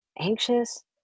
anxious